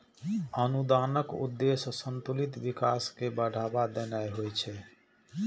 अनुदानक उद्देश्य संतुलित विकास कें बढ़ावा देनाय होइ छै